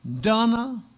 Donna